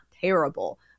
terrible